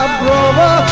brother